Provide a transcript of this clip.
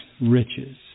riches